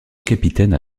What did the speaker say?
capitaine